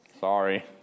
sorry